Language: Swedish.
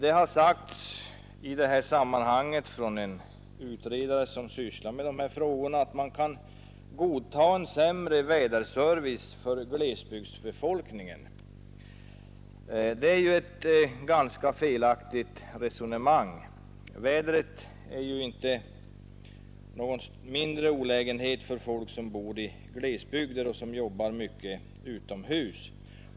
En utredare som sysslar med dessa frågor har i sammanhanget sagt att man kan godta en sämre väderleksservice för glesbygdsbefolkningen. Det är ett felaktigt resonemang. Vädret är inte av mindre betydelse för folk som bor i glesbygderna och jobbar mycket utomhus.